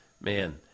Man